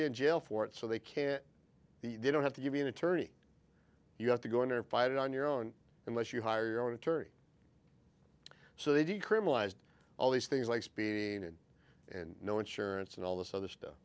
you in jail for it so they can be they don't have to give you an attorney you have to go in there and fight it on your own unless you hire your own attorney so they decriminalized all these things like speed and no insurance and all this other stuff